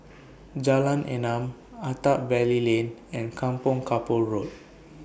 Jalan Enam Attap Valley Lane and Kampong Kapor Road